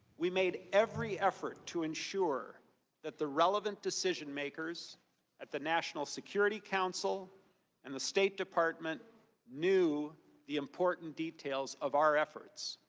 we made every effort to ensure that the relevant decision makers at the security council and the state department knew the important details of our efforts.